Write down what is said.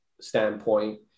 standpoint